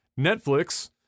Netflix